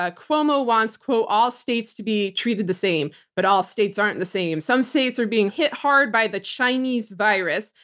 ah cuomo wants all states to be treated the same. but all states aren't the same. some states are being hit hard by the chinese virus.